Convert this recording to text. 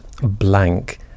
blank